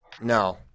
no